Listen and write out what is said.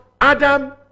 Adam